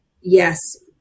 yes